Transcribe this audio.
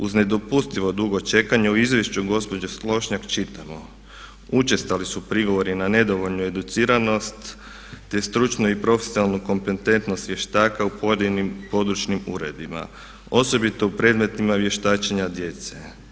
Uz nedopustivo dugo čekanje u izvješću gospođe Slonjšak čitamo: „Učestali su prigovori na nedovoljnu educiranost, te stručnu i profesionalnu kompetentnost vještaka u pojedinim područnim uredima, osobito u predmetima vještačenja djece.